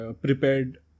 prepared